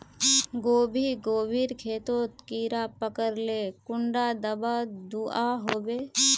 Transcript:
गोभी गोभिर खेतोत कीड़ा पकरिले कुंडा दाबा दुआहोबे?